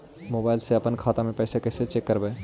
Mobile से अपन खाता के पैसा कैसे चेक करबई?